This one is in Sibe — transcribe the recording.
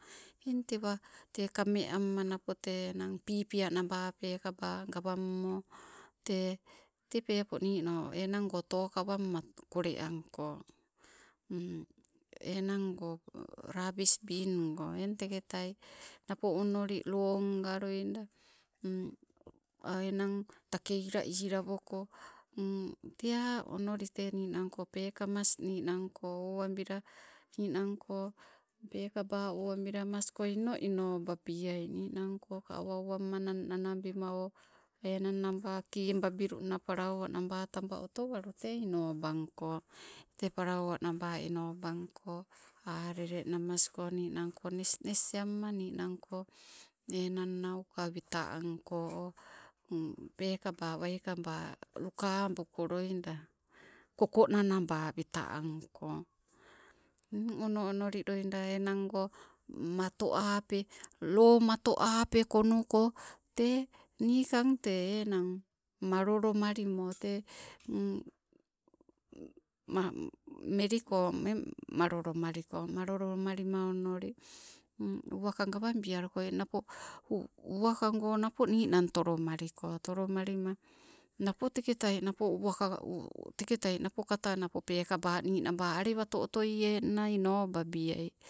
Inno babia, inobabila tee temas pekamas owabili inobabiaii awa tee teuka gawabiaii, tee tewa tewa o amas pekau kaa gawabiaii. Eng tekeeta mude mudekina ooka tee napo, mudekina ooko tee, mudekinanna wau uwa abiai, mudekinanna wau, uwa abiaina tewoo awoo agee aspalimampo nado a' otolowa lukoo tewooka peekamasko wikanno nanako peekabaa pekauka wikang gawawana, teke peppoke loida, niinang a otolowaluko a' mule nauko niinangko aspaliana polloai. Eng awa talipabili awoo tewoo eng toloalliana tee wau wikang uwa abiaii, eng tee wau uwa abii ainna tee kakole abiai nang, awa owabila, ninangkotee aspallimano mellila owalabiai, owalabila apabia polima eng wau lali likang wau ooga tewaa uwa ambili, tee a nii uwakamala manno tee tewaa gawangko, eng napo teketai te wau alabila teng napo tee peekaba tee saa ambilla nigi pabiai. Nigi pabiainna, nigipabila, peekaba kole kole abila eng, tewoo ka askenabaliai, eng nii nappo ah onoli awa owabilla niikang watee, kamme ali uwakagoitai, uwakamalilinoketai.